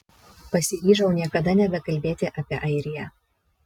pasiryžau niekada nebekalbėti apie airiją